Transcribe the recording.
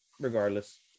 regardless